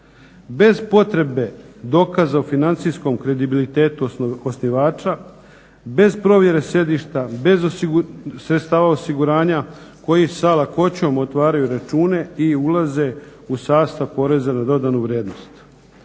bez potrebe dokaza o financijskom kredibilitetu osnivača bez provjere sjedišta, bez sredstava osiguranja koji sa lakoćom otvaraju račune i ulaze u sastav poreza na dodanu vrijednost.